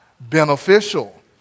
beneficial